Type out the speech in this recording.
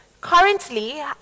Currently